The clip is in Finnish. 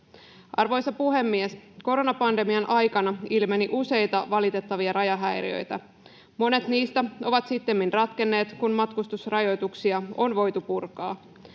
Arvoisa puhemies! Koronapandemian aikana ilmeni useita valitettavia rajahäiriöitä. Monet niistä ovat sittemmin ratkenneet, kun matkustusrajoituksia on voitu purkaa.